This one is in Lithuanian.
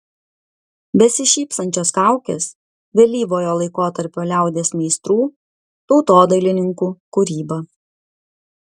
besišypsančios kaukės vėlyvojo laikotarpio liaudies meistrų tautodailininkų kūryba